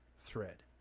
thread